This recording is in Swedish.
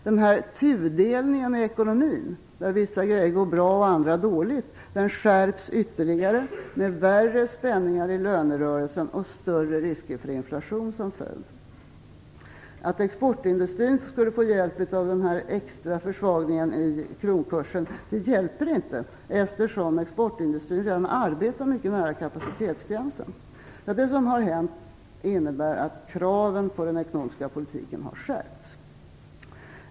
Denna tudelning av ekonomin, där vissa grejer går bra och andra dåligt, skärps ytterligare, med värre spänningar i lönerörelsen och större risker för inflation som följd. Att exportindustrin skulle få hjälp av denna extra försvagning av kronkursen hjälper inte eftersom exportindustrin redan arbetar mycket nära kapacitetsgränsen. Det som hänt innebär att kraven på den ekonomiska politiken har skärpts.